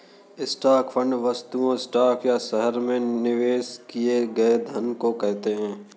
stock fund वस्तुतः stock या शहर में निवेश किए गए धन को कहते हैं